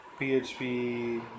PHP